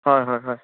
হয় হয় হয়